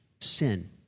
Sin